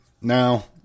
Now